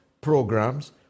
programs